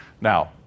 Now